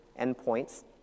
endpoints